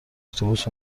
اتوبوس